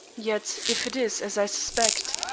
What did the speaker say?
yet if it is as i suspect,